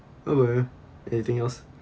okay anything else